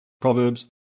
Proverbs